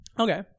Okay